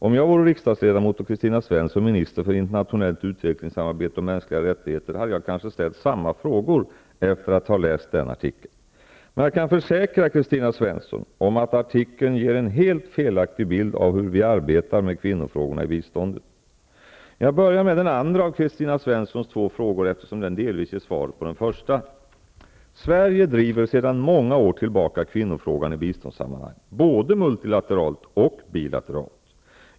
Om jag vore riksdagsledamot och Kristina Svensson minister för internationellt utvecklingssamarbete och mänskliga rättigheter hade jag kanske ställt samma frågor efter att ha läst den artikeln. Men jag kan försäkra Kristina Svensson att artikeln ger en helt felaktig bild av hur vi arbetar med kvinnofrågorna i biståndet. Jag börjar med den andra av Kristina Svenssons två frågor, eftersom den delvis ger svaret på den första. Sverige driver sedan många år tillbaka kvinnofrågan i biståndssammanhang, både multilateralt och bilateralt.